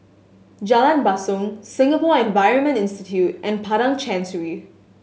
Jalan Basong Singapore Environment Institute and Padang Chancery